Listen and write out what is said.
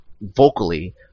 vocally